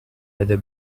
leather